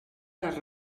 les